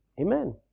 Amen